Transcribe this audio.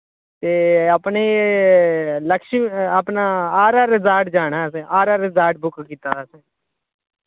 ते अपने लक्ष अपना आर आर रिसार्ट जाना असैं आर आर रिसार्ट बुक कीत्ते दा असें